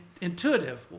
intuitive